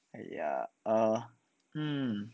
!aiya! err hmm